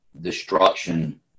destruction